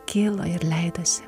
kyla ir leidosi